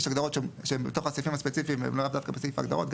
יש הגדרות שהן בתוך הסעיפים הספציפיים ולאו דווקא בסעיף ההגדרות.